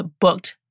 booked